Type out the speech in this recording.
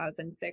2006